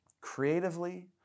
Creatively